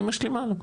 היא משלימה לו.